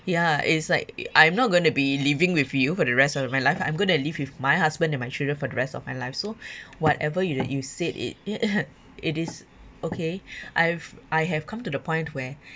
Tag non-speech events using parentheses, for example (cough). ya it is like I'm not going to be living with you for the rest of my life I'm going to live with my husband and my children for the rest of my life so (breath) whatever you you said it (noise) it is okay (breath) I've I have come to the point where